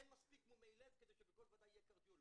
אין מספיק מומי לב כדי שבכל ועדה יהיה קרדיולוג.